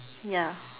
ya